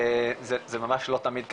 זה ממש לא תמיד ככה,